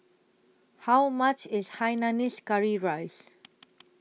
How much IS Hainanese Curry Rice